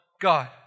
God